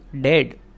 dead